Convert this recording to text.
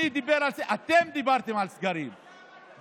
אתם דיברתם על סגרים,